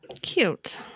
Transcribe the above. Cute